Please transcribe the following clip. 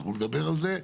אנחנו נדבר על זה,